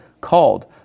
called